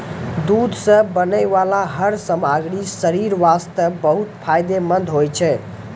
दूध सॅ बनै वाला हर सामग्री शरीर वास्तॅ बहुत फायदेमंंद होय छै